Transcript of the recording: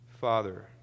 Father